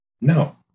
No